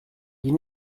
you